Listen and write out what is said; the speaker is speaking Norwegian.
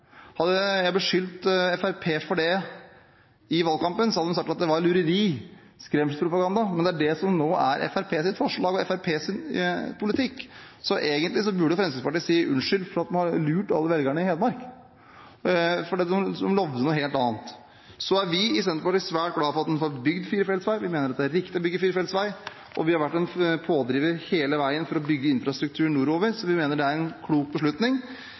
Hadde jeg beskyldt Fremskrittspartiet for det i valgkampen, hadde de sagt at det var lureri og skremselspropaganda, men det er det som nå er Fremskrittspartiets forslag og Fremskrittspartiets politikk. Så egentlig burde Fremskrittspartiet si unnskyld for at de har lurt alle velgerne i Hedmark, for de lovte noe helt annet. Så er vi i Senterpartiet svært glad for at en får bygd firefelts vei, vi mener det er riktig å bygge firefelts vei, og vi har vært en pådriver hele veien for å bygge infrastruktur nordover, som vi mener er en klok beslutning,